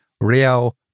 Real